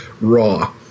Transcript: raw